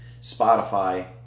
Spotify